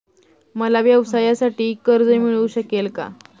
मला व्यवसायासाठी कर्ज मिळू शकेल का?